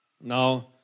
Now